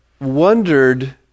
wondered